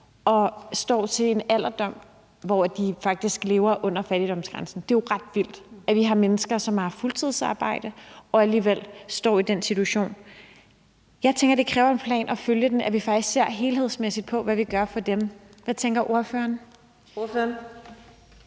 og står til en alderdom, hvor de faktisk lever under fattigdomsgrænsen. Det er jo ret vildt, at vi har mennesker, som har haft fuldtidsarbejde og alligevel står i den situation. Jeg tænker, at det kræver en plan at følge det, altså at vi ser helhedsmæssigt på, hvad vi gør for dem. Hvad tænker ordføreren? Kl.